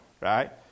right